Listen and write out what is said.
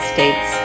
States